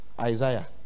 Isaiah